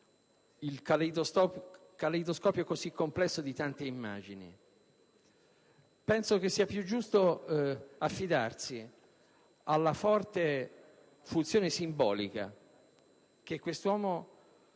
il caleidoscopio complesso di tante immagini. Penso che sia più giusto affidarsi alla forte funzione simbolica che quest'uomo